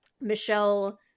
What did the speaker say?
Michelle